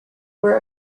were